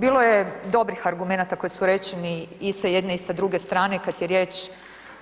Bilo je dobrih argumenata koji su rečeni i sa jedne i sa druge strane kad je riječ